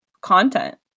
content